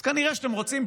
אז כנראה שאתם רוצים,